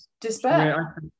despair